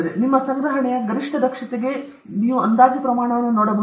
ನಿಮ್ಮ ಸಂಗ್ರಹಣೆಯ ಗರಿಷ್ಟ ದಕ್ಷತೆಗೆ ನಾವು ಅಂದಾಜು ಪ್ರಮಾಣವನ್ನು ನೋಡಬಹುದೇ